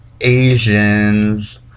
Asians